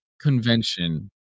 convention